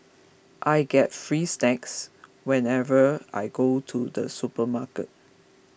I get free snacks whenever I go to the supermarket